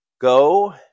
Go